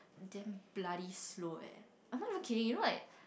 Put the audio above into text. damn bloody slow eh I'm not even kidding you know like